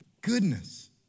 Goodness